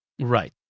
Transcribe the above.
Right